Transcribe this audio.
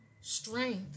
strength